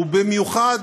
ובמיוחד